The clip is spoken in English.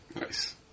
Nice